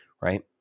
right